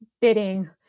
bidding